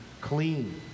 clean